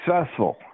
successful